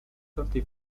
thirty